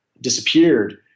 disappeared